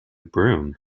broom